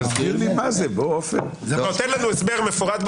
תן לנו הסבר אחד מפורט,